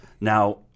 Now –